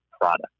product